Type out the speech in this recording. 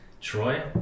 troy